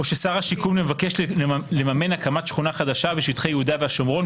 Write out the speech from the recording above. או ששר השיכון מבקש לממן הקמת שכונה חדשה בשטחי יהודה והשומרון,